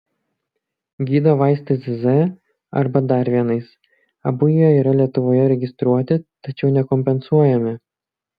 gydo vaistais z arba dar vienais abu jie yra lietuvoje registruoti tačiau nekompensuojami